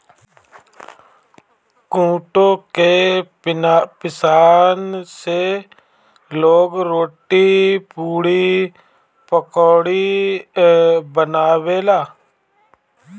कुटू के पिसान से लोग रोटी, पुड़ी, पकउड़ी बनावेला